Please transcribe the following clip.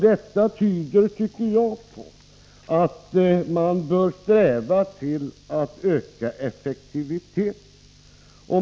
Det tyder på att man bör sträva efter att öka effektiviteten.